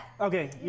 Okay